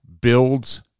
builds